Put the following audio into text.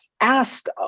asked